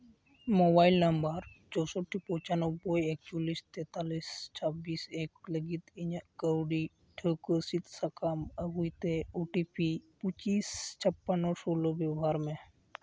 mobile number ᱪᱳᱥᱳᱴᱴᱤ ᱯᱚᱪᱟᱱᱚᱵᱵᱳᱭ ᱮᱠᱪᱚᱞᱞᱤᱥ ᱛᱮᱛᱟᱞᱞᱤᱥ ᱪᱷᱟᱵᱵᱤᱥ ᱮᱠ ᱞᱟᱹᱜᱤᱫ ᱤᱧᱟᱹᱜ ᱠᱟᱹᱣᱥᱤ ᱴᱷᱟᱹᱣᱠᱟᱹ ᱥᱤᱫᱽ ᱥᱟᱠᱟᱢ ᱟᱹᱜᱩᱭ ᱛᱮ ᱳ ᱴᱤ ᱯᱤ ᱯᱚᱸᱪᱤᱥ ᱪᱷᱟᱯᱟᱱᱱᱚ ᱥᱳᱞᱞᱳ ᱵᱮᱵᱚᱦᱟᱨ ᱢᱮ